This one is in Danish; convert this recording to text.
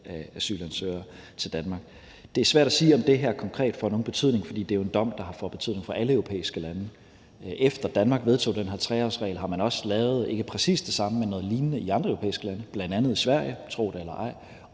af asylansøgere til Danmark. Det er svært at sige, om det her konkret får nogen betydning, for det er jo en dom, der får betydning for alle europæiske lande. Efter Danmark vedtog den her 3-årsregel, har man også lavet ikke præcis det samme, men noget lignende i andre europæiske lande, bl.a. Sverige – tro det eller ej. Og